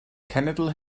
cenedl